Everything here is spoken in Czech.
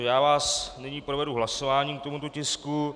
Já vás nyní provedu hlasováním k tomuto tisku.